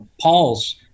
paul's